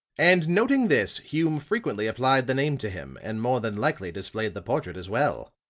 and, noting this, hume frequently applied the name to him, and more than likely displayed the portrait as well.